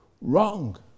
wrong